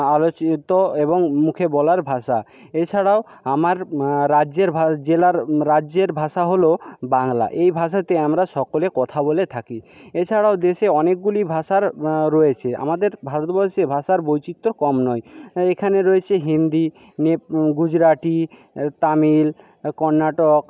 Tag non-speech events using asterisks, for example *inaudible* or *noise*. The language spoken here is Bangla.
আলোচিত এবং মুখে বলার ভাষা এছাড়াও আমার রাজ্যের *unintelligible* জেলার রাজ্যের ভাষা হলো বাংলা এই ভাষাতে আমরা সকলে কথা বলে থাকি এছাড়াও দেশে অনেকগুলি ভাষার রয়েছে আমাদের ভারতবর্ষে ভাষার বৈচিত্র্য কম নয় এখানে রয়েছে হিন্দি নেপ গুজরাটি তামিল কর্ণাটক